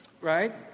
right